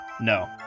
No